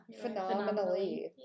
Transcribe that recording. Phenomenally